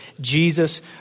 Jesus